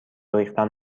ریختن